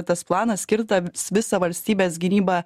tas planas skirtas visą valstybės gynybą